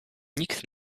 nikt